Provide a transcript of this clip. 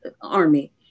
Army